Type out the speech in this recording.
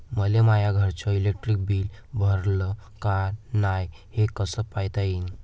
मले माया घरचं इलेक्ट्रिक बिल भरलं का नाय, हे कस पायता येईन?